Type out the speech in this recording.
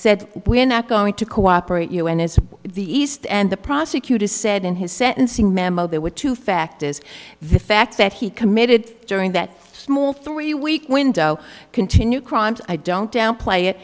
said we're not going to cooperate you and as the east and the prosecutors said in his sentencing memo there were two fact is the fact that he committed during that small three week window continue crimes i don't